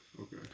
Okay